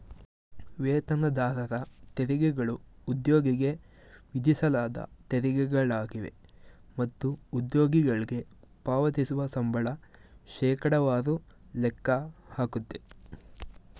ವೇತನದಾರರ ತೆರಿಗೆಗಳು ಉದ್ಯೋಗಿಗೆ ವಿಧಿಸಲಾದ ತೆರಿಗೆಗಳಾಗಿವೆ ಮತ್ತು ಉದ್ಯೋಗಿಗಳ್ಗೆ ಪಾವತಿಸುವ ಸಂಬಳ ಶೇಕಡವಾರು ಲೆಕ್ಕ ಹಾಕುತ್ತೆ